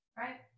right